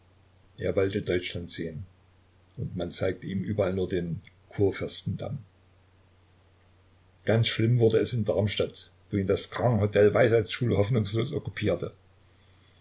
er wollte deutschland sehen und man zeigte ihm überall nur den kurfürstendamm ganz schlimm wurde es in darmstadt wo ihn das